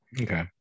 okay